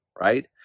right